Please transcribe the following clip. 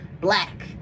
Black